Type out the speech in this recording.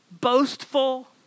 boastful